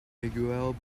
miguel